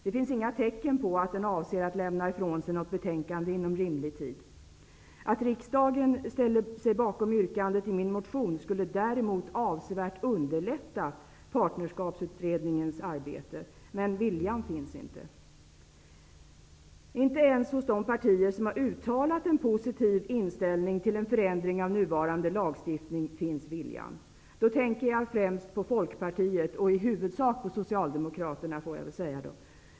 Det finns inga tecken på att den avser att lämna ifrån sig något betänkande inom rimlig tid. Att riksdagen ställer sig bakom yrkandet i min motion skulle däremot avsevärt underlätta partnerskapsutredningens arbete. Men viljan finns inte. Inte ens hos de partier som har uttalat en positiv inställning till en förändring av nuvarande lagstiftning finns viljan. Då tänker jag främst på Folkpartiet och Socialdemokraterna.